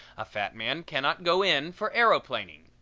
a fat man cannot go in for aeroplaning.